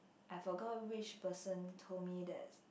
I forgot which person told me that